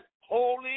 holy